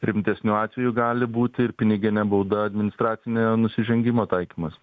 rimtesniu atveju gali būti ir piniginė bauda administracinio nusižengimo taikymas